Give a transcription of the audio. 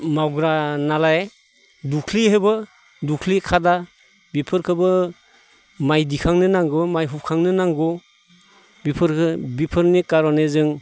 मावग्रा नालाय दुख्लि हेबो दुख्लि खादा बेफोरखोबो माइ दिखांनो नांगो माइ हुखांनो नांगौ बिफोरो बिफोरनि कारने जों